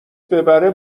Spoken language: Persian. ببره